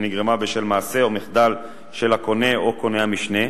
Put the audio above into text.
היא נגרמה בשל מעשה או מחדל של הקונה או קונה המשנה,